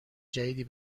جدیدی